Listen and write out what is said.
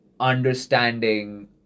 understanding